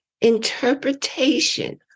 interpretation